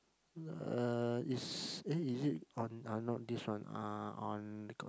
uh it's eh is it on oh not this one uh on Nicholas